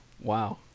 wow